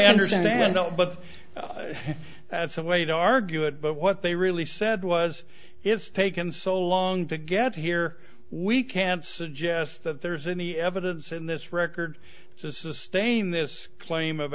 understand don't but that's a way to argue it but what they really said was it's taken so long to get here we can't suggest that there's any evidence in this record to sustain this claim of